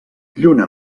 lluna